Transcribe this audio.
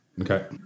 Okay